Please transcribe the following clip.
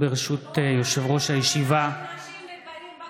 ברשות יושב-ראש הישיבה, נשים וגברים בכנסת.